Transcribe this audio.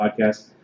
podcast